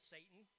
Satan